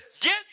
Get